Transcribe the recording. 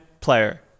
player